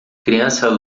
criança